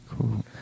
Cool